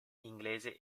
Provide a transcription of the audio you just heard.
inglese